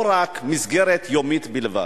לא רק מסגרת יומית בלבד.